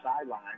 sideline